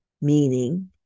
meaning